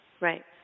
right